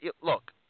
look